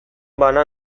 gora